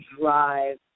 Drive